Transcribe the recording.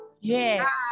Yes